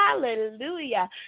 hallelujah